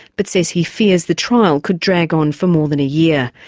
but says he fears the trial could drag on for more than a year.